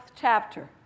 chapter